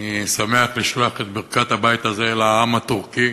אני שמח לשלוח את ברכת הבית הזה לעם הטורקי,